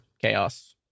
chaos